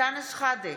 אנטאנס שחאדה,